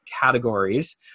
categories